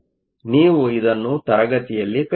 ನೀವು ಇದನ್ನು ತರಗತಿಯಲ್ಲಿ ಕಲಿತಿದ್ದೀರಿ